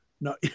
No